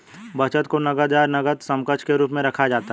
बचत को नकद या नकद समकक्ष के रूप में रखा जाता है